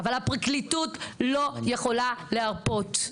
אבל הפרקליטות לא יכולה להרפות.